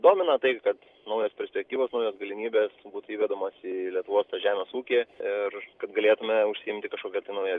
domina tai kad naujos perspektyvos naujos galimybės būtų įvedamos į lietuvos tą žemės ūkį ir kad galėtume užsiimti kažkokia nauja